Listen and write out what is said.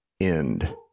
end